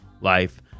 life